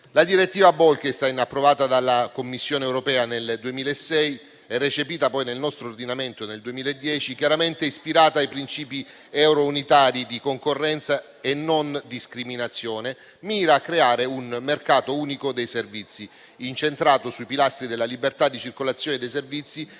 La direttiva Bolkestein, approvata dalla Commissione europea nel 2006 e recepita nel nostro ordinamento nel 2010, chiaramente ispirata ai principi eurounitari di concorrenza e non discriminazione, mira a creare un mercato unico dei servizi incentrato sui pilastri della libertà di circolazione dei servizi